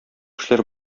эшләр